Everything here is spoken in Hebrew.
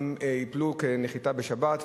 הן ייפלו כנחיתה בשבת,